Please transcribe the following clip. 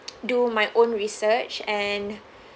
do my own research and